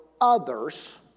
others